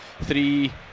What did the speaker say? three